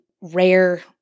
rare